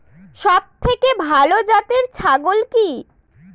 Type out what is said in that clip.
সবথেকে ভালো জাতের ছাগল কি?